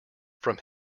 from